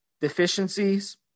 deficiencies